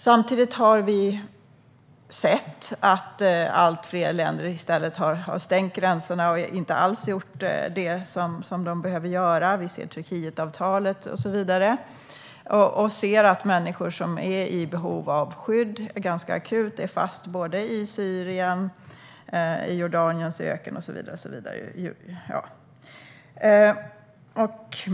Samtidigt har vi sett att allt fler länder i stället har stängt gränserna och inte alls gjort det som de behöver göra. Vi ser Turkietavtalet, och vi ser att människor som är i behov av skydd ganska akut är fast både i Syrien och i Jordaniens öken.